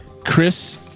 Chris